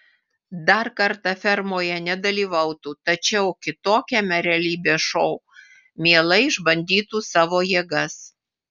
dar kartą fermoje nedalyvautų tačiau kitokiame realybės šou mielai išbandytų savo jėgas